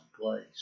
place